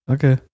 Okay